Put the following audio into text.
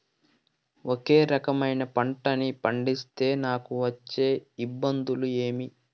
ఒకే రకమైన పంటలని పండిస్తే నాకు వచ్చే ఇబ్బందులు ఏమి?